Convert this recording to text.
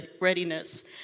readiness